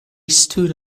stood